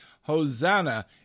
Hosanna